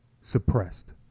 suppressed